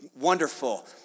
Wonderful